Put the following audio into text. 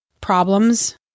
problems